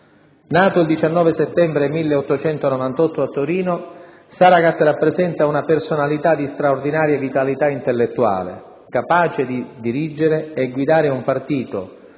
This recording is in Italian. Nato il 19 settembre 1898 a Torino, Saragat rappresenta una personalità di straordinaria vitalità intellettuale, capace di dirigere e guidare un partito,